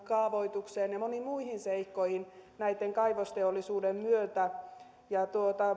kaavoitukseen ja moniin muihin seikkoihin tämän kaivosteollisuuden myötä ja